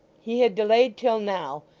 he had delayed till now,